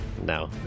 no